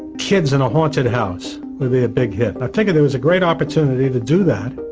kids in a haunted house would be a big hit. i figured it was a great opportunity to do that,